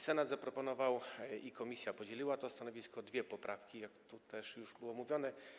Senat zaproponował - i komisja podzieliła to stanowisko - dwie poprawki, jak to już też było mówione.